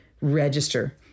register